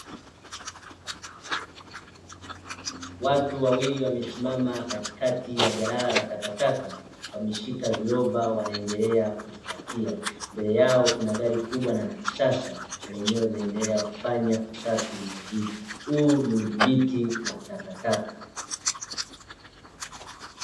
Watu wawili wamesimama katikati ya jalala la takataka, wameshika viroba wanaendelea kuzipakia. Mbele yao kuna gari kubwa na la kisasa na lenyewe linaendelea kufanya usafi eneo hili. Huu ni udhibiti wa takataka.